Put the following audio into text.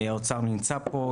האוצר נמצא פה,